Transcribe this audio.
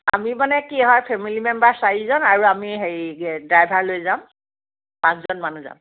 আমি মানে কি হয় ফেমিলি মেম্বাৰ চাৰিজন আৰু আমি হেৰি ড্ৰাইভাৰ লৈ যাম পাঁচজন মানুহ যাম